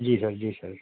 جی sir جی سر